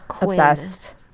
Obsessed